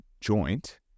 joint